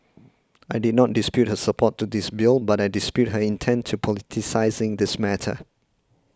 I did not dispute her support to this bill but I dispute her intent in politicising this matter